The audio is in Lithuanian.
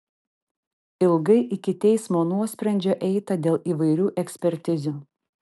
ilgai iki teismo nuosprendžio eita dėl įvairių ekspertizių